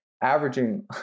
averaging